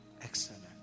Excellent